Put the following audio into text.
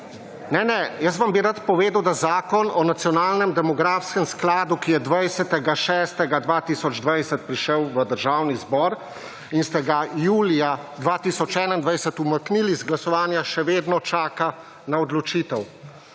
Ne, ne, jaz bi vam rad povedal, da Zakon o nacionalnem demografskem skladu, ki je 20. junija 2020 prišel v Državni zbor in ste ga julija 2021 umaknili z glasovanja, še vedno čaka na odločitev.